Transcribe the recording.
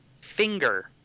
finger